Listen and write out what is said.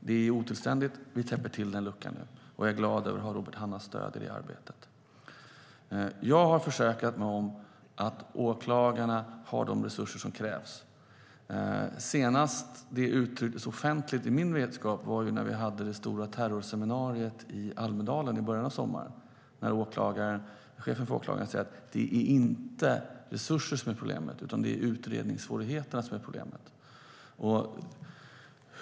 Det är otillständigt. Vi täpper till den luckan nu. Och jag är glad över att ha Robert Hannahs stöd i det arbetet. Jag har försäkrat mig om att åklagarna har de resurser som krävs. Senast det uttrycktes offentligt var, mig veterligen, när vi hade det stora terrorseminariet i Almedalen i början av sommaren. Då sa chefen för åklagarna att det inte är resurser som är problemet, utan det är utredningssvårigheterna.